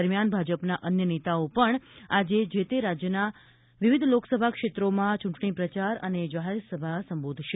દરમિયાન ભાજપના અન્ય નેતાઓ પણ આજે જે તે રાજ્યના વિવિધ લોકસભા ક્ષેત્રોમાં ચૂંટણી પ્રચાર અને જાહેરસભા સંબોધશે